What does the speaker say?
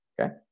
okay